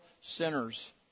sinners